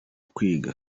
kwiga